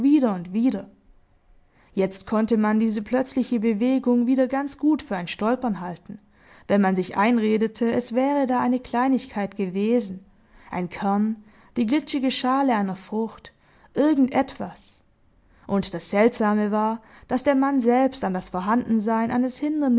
und wieder jetzt konnte man diese plötzliche bewegung wieder ganz gut für ein stolpern halten wenn man sich einredete es wäre da eine kleinigkeit gewesen ein kern die glitschige schale einer frucht irgend etwas und das seltsame war daß der mann selbst an das vorhandensein eines